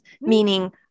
meaning